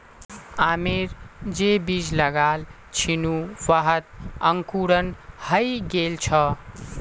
आमेर जे बीज लगाल छिनु वहात अंकुरण हइ गेल छ